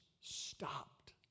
stopped